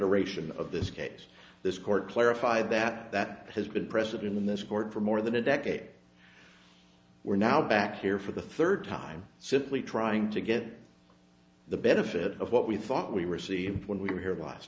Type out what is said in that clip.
iteration of this case this court clarify that that has been present in this court for more than a decade we're now back here for the third time simply trying to get the benefit of what we thought we received when we were here